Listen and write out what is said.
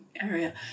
area